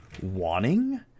wanting